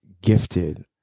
gifted